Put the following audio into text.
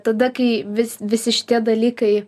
tada kai vis visi šitie dalykai